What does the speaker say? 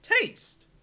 taste